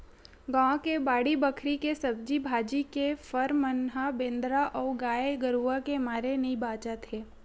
गाँव के बाड़ी बखरी के सब्जी भाजी, के फर मन ह बेंदरा अउ गाये गरूय के मारे नइ बाचत हे